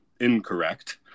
incorrect